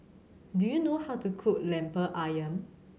do you know how to cook Lemper Ayam